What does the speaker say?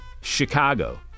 Chicago